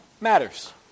matters